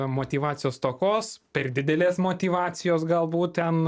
motyvacijos stokos per didelės motyvacijos galbūt ten